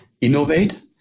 innovate